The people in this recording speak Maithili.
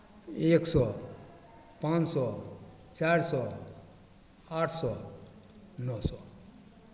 एक सए पाँच सए चारि सए आठ सए नओ सए